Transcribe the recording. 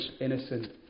innocent